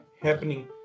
Happening